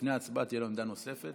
לפני ההצבעה תהיה עמדה נוספת.